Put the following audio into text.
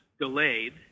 delayed